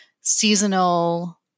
seasonal